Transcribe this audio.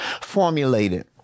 formulated